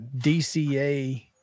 DCA